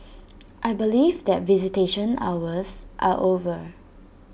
I believe that visitation hours are over